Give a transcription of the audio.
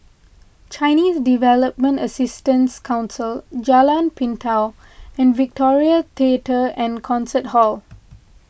Chinese Development Assistance Council Jalan Pintau and Victoria theatre and Concert Hall